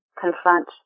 confront